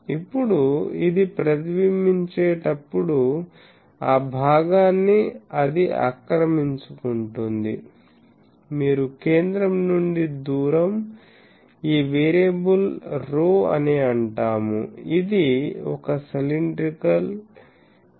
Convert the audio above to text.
ఇప్పుడు ఇది ప్రతిబింబించే టప్పుడు ఆ భాగాన్ని అది ఆక్రమించుకుంటుంది మీరు కేంద్రం నుండి దూరం ఈ వేరియబుల్ ρ అని అంటాము ఇది ఒక సీలిండ్రికల్ రకం అవుతుంది